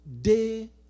day